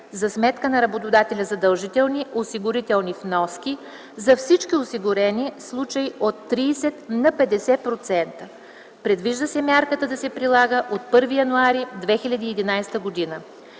за сметка на работодателя задължителни осигурителни вноски за всички осигурени случаи от 30% на 50%. Предвижда се мярката да се прилага от 1 януари 2011 г.